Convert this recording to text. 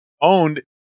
owned